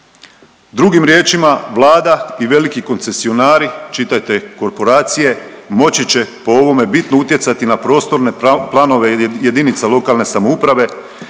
Drugim riječima, Vlada i veliki koncesionari, čitajte, korporacije, moći će po ovome bitno utjecati na prostorne planove jedinica lokalne samouprave